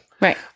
Right